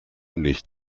nicht